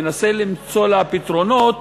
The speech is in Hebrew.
אני מנסה למצוא לה פתרונות,